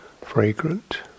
fragrant